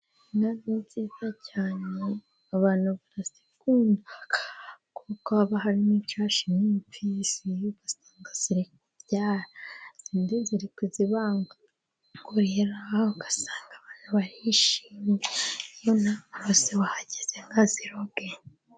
Inka ni nziza cyane abantu barazikunda kuko haba harimo byinshi ni imfizi ugasanga se zindi kuzibaga aha ugasanga abantu bahishimye naho bahageze nka ziroge.